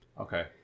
Okay